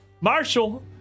Marshall